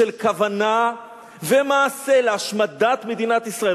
של כוונה ומעשה להשמדת מדינת ישראל.